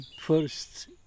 first